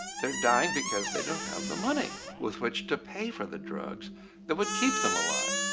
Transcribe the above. they are dying because they don't have the money with which to pay for the drugs that would keep them alive.